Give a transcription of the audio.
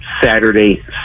Saturday